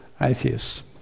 atheists